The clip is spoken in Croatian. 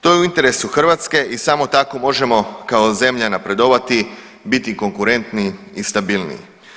To je u interesu Hrvatske i samo tako možemo kao zemlja napredovati, biti konkurentniji i stabilniji.